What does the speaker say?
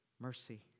mercy